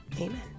Amen